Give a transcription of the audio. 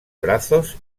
brazos